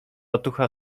otucha